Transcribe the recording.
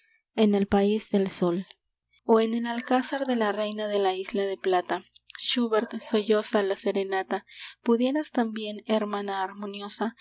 en el país del sol o en el alcázar de la reina de la isla de plata schubert solloza la serenata pudieras también hermana harmoniosa